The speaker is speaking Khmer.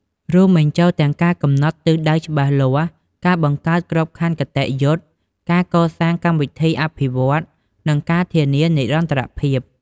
រួមបញ្ចូលទាំងការកំណត់ទិសដៅច្បាស់លាស់ ការបង្កើតក្របខ័ណ្ឌគតិយុត្ត ការកសាងកម្មវិធីអភិវឌ្ឍន៍ និងការធានានិរន្តរភាព។